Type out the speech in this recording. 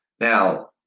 Now